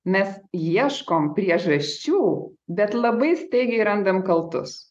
mes ieškom priežasčių bet labai staigiai randam kaltus